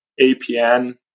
APN